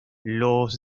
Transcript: los